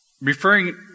Referring